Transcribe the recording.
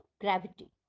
gravity